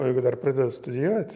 o jeigu dar pradeda studijuot